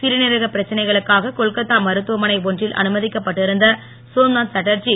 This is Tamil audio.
சிறுநீரகப் பிரச்சனைகளுக்காக கொல்கொத்தா மருத்துவமனை ஒன்றில் அனுமதிக்கப் பட்டிருந்த சோம்நாத் சாட்டர்ஜி